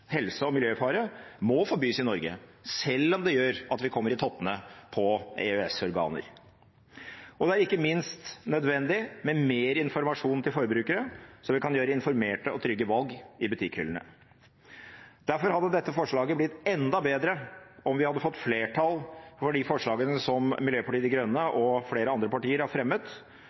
helse- og miljøfare, må forbys i Norge – selv om det gjør at vi kommer i tottene på EØS-organer. Og det er ikke minst nødvendig med mer informasjon til forbrukerne, så de kan gjøre informerte og trygge valg i butikkhyllene. Derfor hadde dette forslaget blitt enda bedre om vi hadde fått flertall for de forslagene som Miljøpartiet De Grønne